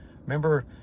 Remember